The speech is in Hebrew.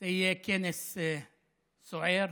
זה יהיה כנס סוער,